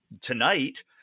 tonight